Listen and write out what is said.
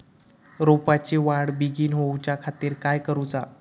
रोपाची वाढ बिगीन जाऊच्या खातीर काय करुचा?